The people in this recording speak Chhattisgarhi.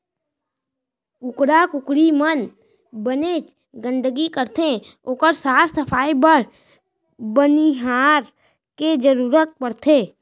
कुकरा कुकरी मन बनेच गंदगी करथे ओकर साफ सफई बर बनिहार के जरूरत परथे